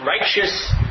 righteous